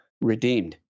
Redeemed